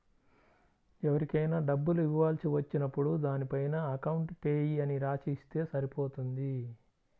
ఎవరికైనా డబ్బులు ఇవ్వాల్సి వచ్చినప్పుడు దానిపైన అకౌంట్ పేయీ అని రాసి ఇస్తే సరిపోతుంది